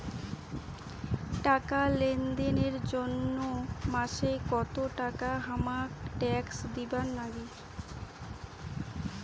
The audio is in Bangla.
টাকা লেনদেন এর জইন্যে মাসে কত টাকা হামাক ট্যাক্স দিবার নাগে?